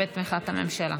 בתמיכת הממשלה?